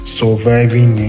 surviving